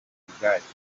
ubwacyo